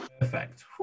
perfect